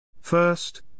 First